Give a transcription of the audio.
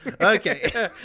Okay